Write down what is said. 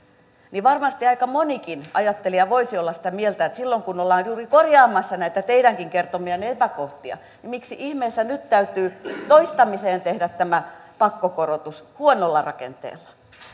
että varmasti aika monikin ajattelija voisi olla sitä mieltä että silloin kun ollaan juuri korjaamassa näitä teidänkin kertomianne epäkohtia niin miksi ihmeessä nyt täytyy toistamiseen tehdä tämä pakkokorotus huonolla rakenteella